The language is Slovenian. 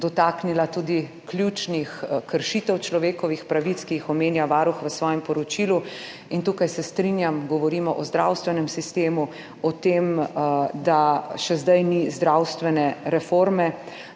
dotaknila tudi ključnih kršitev človekovih pravic, ki jih omenja Varuh v svojem poročilu. In tukaj se strinjam, govorimo o zdravstvenem sistemu, o tem, da še zdaj ni zdravstvene reforme,